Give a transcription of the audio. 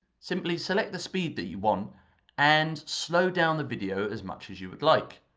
simply select the speed that you want and slow down the video as much as you would like.